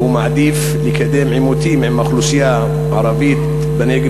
והוא מעדיף לקדם עימותים עם האוכלוסייה הערבית בנגב